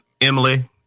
Emily